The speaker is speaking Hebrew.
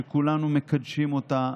שכולנו מקדשים אותה,